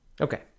Okay